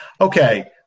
Okay